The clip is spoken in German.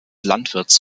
landwirts